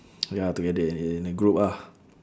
ya together in a group ah